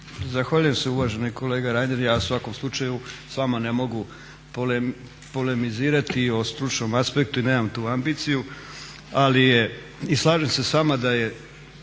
Zahvaljujem se uvaženi kolega Reiner. Ja u svakom slučaju s vama ne mogu polemizirati o stručnom aspektu i nemam tu ambiciju. I slažem se s vama da je